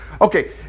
Okay